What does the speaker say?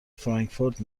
فرانکفورت